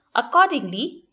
accordingly,